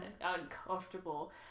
uncomfortable